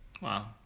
Wow